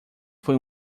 foi